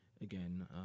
Again